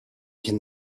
can